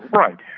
right,